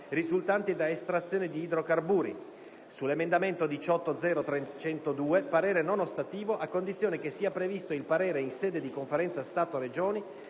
risultanti da estrazione di idrocarburi; - sull'emendamento 18.0.302 parere non ostativo, a condizione che sia previsto il parere in sede di Conferenza Stato-Regioni